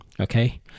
Okay